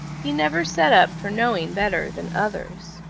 he never set up for knowing better than others.